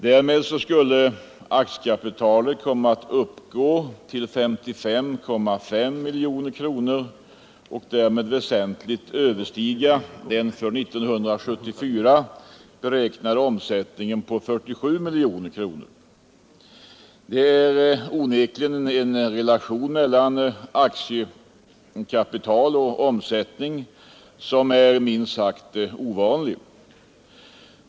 Härigenom skulle aktiekapitalet komma att uppgå till 55,5 miljoner kronor och därmed väsentligt överstiga den för år 1974 beräknade omsättningen på 47 miljoner kronor. Det är en relation mellan aktiekapital och omsättning som är minst sagt ovanlig.